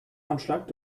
anschlag